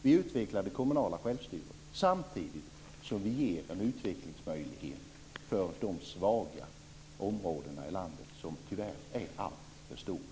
Vi utvecklar det kommunala självstyret, samtidigt som vi ger en utvecklingsmöjlighet för de svaga områdena i landet, som tyvärr är alltför stora.